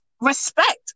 respect